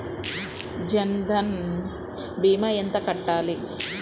జన్ధన్ భీమా ఎంత కట్టాలి?